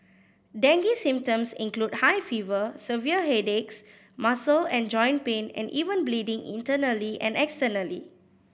dengue symptoms include high fever severe headaches muscle and joint pain and even bleeding internally and externally